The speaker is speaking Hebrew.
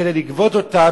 כדי לגבות אותם,